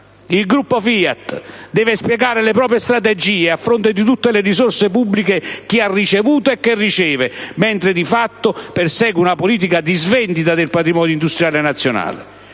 Il gruppo FIAT deve spiegare le proprie strategie a fronte di tutte le risorse pubbliche che ha ricevuto e che riceve, mentre di fatto persegue una politica di svendita del patrimonio industriale nazionale.